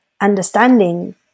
understanding